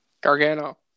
Gargano